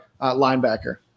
linebacker